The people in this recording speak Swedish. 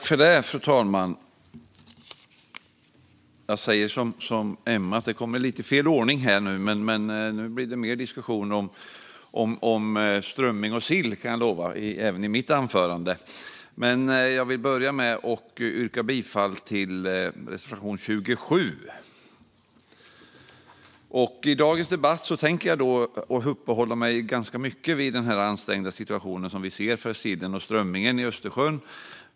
Fru talman! Nu blir det mer diskussion om strömming och sill även i mitt anförande, kan jag lova. Jag vill börja med att yrka bifall till reservation 27. I dagens debatt tänker jag uppehålla mig ganska mycket vid den ansträngda situationen vi ser för sillen och strömmingen i Östersjön.